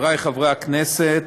חברי חברי הכנסת,